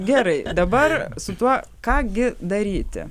gerai dabar su tuo ką gi daryti